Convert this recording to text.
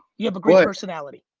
you have a great personality.